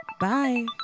Bye